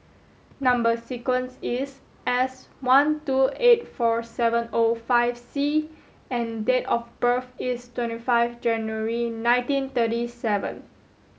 number sequence is S one two eight four seven O five C and date of birth is twenty five January nineteen thirty seven